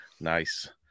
Nice